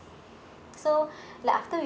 so like after we